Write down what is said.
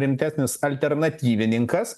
rimtesnis alternatyvininkas